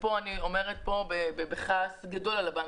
ופה אני אומרת בכעס גדול על הבנקים,